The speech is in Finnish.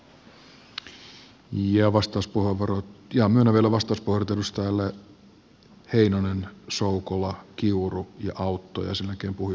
myönnän vielä vastauspuheenvuorot edustajille heinonen soukola kiuru ja autto ja sen jälkeen puhujalistaan